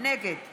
נגד